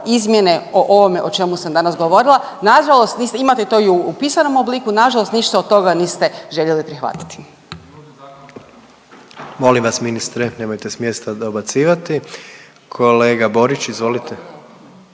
izmjene o ovome o čemu sam danas govorila. Nažalost imate to i u pisanom obliku, nažalost ništa od toga niste željeli prihvatiti. **Jandroković, Gordan (HDZ)** Molim vas, ministre, nemojte s mjesta dobacivati. Kolega Borić, izvolite.